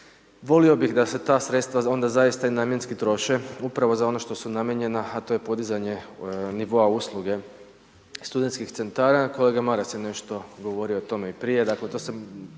volio bi da se ta sredstva onda i zaista i namjenski troše upravo za ono što su namijenjena a to je podizanje nivoa usluge studentskih centara, kolega Maras je nešto govorio o tome i prije,